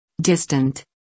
distant